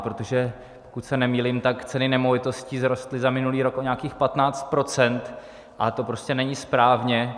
Protože pokud se nemýlím, tak ceny nemovitostí vzrostly za minulý rok o nějakých 15 % a to prostě není správně.